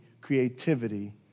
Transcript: creativity